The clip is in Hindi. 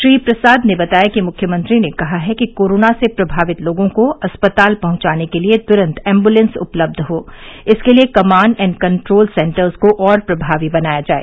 श्री प्रसाद ने बताया कि मुख्यमंत्री ने कहा है कि कोरोना से प्रभावित लोगों को अस्पताल पहुंचाने के लिए तुरन्त एम्बुलेंस उपलब्ध हो इसके लिए कमाण्ड एण्ड कन्ट्रोल सेन्टर्स को और प्रभावी बनाया जाए